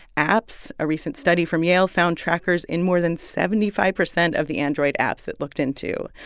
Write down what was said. apps. a recent study from yale found trackers in more than seventy five percent of the android apps it looked into.